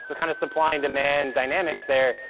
so kind of supply and demand dynamics there.